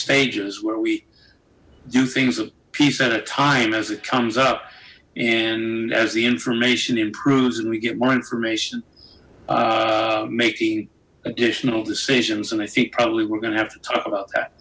stages where we do things a piece at a time as it comes up and as the information improves and we get more information making additional decisions and i think probably we're going to have to but that